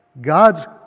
God's